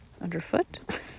underfoot